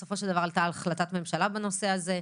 בסופו של דבר הייתה החלטת ממשלה בנושא הזה.